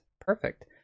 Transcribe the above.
perfect